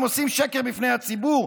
הם עושים שקר בפני הציבור,